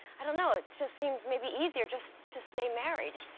i don't know, it just seems maybe easier just to stay married?